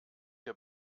der